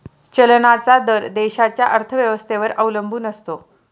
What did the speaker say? चलनाचा दर देशाच्या अर्थव्यवस्थेवर अवलंबून असतो